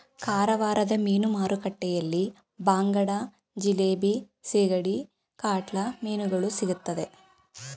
ಕಾರವಾರದ ಮೀನು ಮಾರುಕಟ್ಟೆಯಲ್ಲಿ ಬಾಂಗಡ, ಜಿಲೇಬಿ, ಸಿಗಡಿ, ಕಾಟ್ಲಾ ಮೀನುಗಳು ಸಿಗುತ್ತದೆ